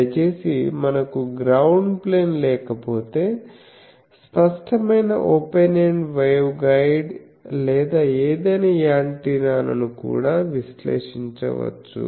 దయచేసి మనకు ground plane లేకపోతే స్పష్టమైన ఓపెన్ ఎండ్ వేవ్గైడ్ లేదా ఏదైనా యాంటెన్నాను కూడా విశ్లేషించవచ్చు